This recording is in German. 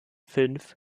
fünf